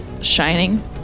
shining